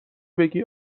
بگی